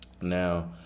Now